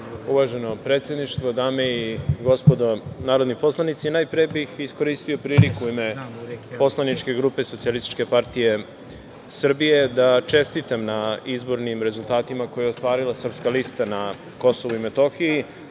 Orliću. Uvaženo predsedništvo, dame i gospodo narodni poslanici, najpre bih iskoristio priliku u ime poslaničke grupe SPS da čestitam na izbornim rezultatima koje je ostvarila Srpska lista na Kosovu i Metohiji. Smatramo